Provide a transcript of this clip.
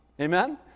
Amen